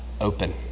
open